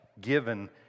given